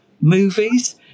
movies